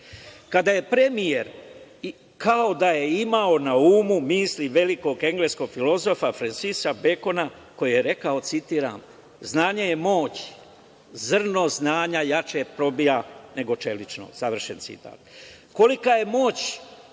Kada je premijer, kao da je imao na umu misli velikog engleskog filozofa Fransisa Bekona koji je rekao, citiram: „Znanje je moć, zrno znanja jače probija nego čelično“, završen citat. Kolika je moć